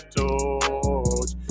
torch